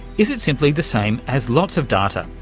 is it simply the same as lots of data?